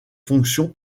fonctions